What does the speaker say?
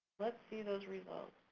let's see those results.